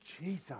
Jesus